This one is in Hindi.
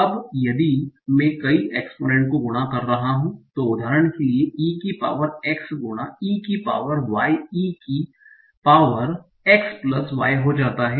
अब यदि मैं कई एक्स्पोनन्ट को गुणा कर रहा हूं तो उदाहरण के लिए e की पॉवर x गुणा e की पॉवर y e की पॉवर x प्लस y हो जाता है